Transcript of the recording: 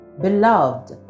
Beloved